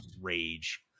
rage